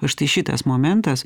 štai šitas momentas